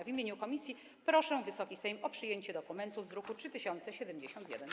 W imieniu komisji proszę Wysoki Sejm o przyjęcie dokumentu z druku nr 3071.